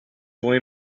twenty